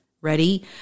Ready